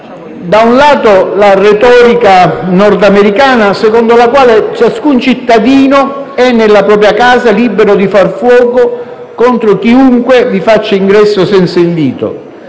da un lato, la retorica nordamericana secondo la quale ciascun cittadino è nella propria casa libero di far fuoco contro chiunque vi faccia ingresso senza invito